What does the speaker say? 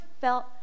felt